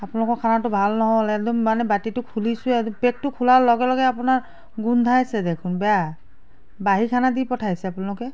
আপোনালোকৰ খানাটো ভাল নহ'ল একদম মানে বাটিটো খুলিছোঁহে পেকটো খোলাৰ লগে লগে আপোনাৰ গোন্ধাইছেদেখোন বেয়া বাহি খানা দি পঠাইছে আপোনালোকে